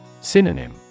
Synonym